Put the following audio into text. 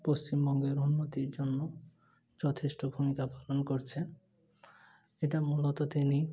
পশ্চিমবঙ্গের উন্নতির জন্য যথেষ্ট ভূমিকা পালন করছে এটা মূলত তিনি